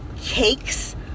cakes